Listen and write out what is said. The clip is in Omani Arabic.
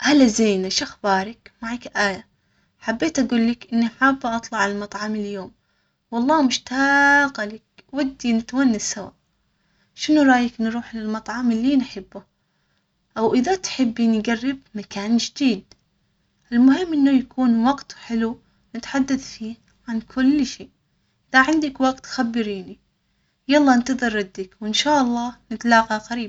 هلا زينة. شو أخبارك؟ معك آية؟ حبيت أجول لك إني حابة أطلع على المطعم اليوم والله مشتاقة لك ودي نتونس سوا، شنو رأيك نروح للمطعم اللي نحبه؟ أو إذا تحبين نجرب مكان جديد المهم أنه يكون وقت حلو نتحدث فيه عن كل شيء اذا عندك وقت خبريني انتظر ردك وإن شاء الله نتلاقي قريباً.